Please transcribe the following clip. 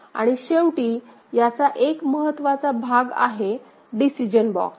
आणि शेवटी याचा एक महत्त्वाचा भाग आहे डिसिजन बॉक्स